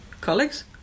colleagues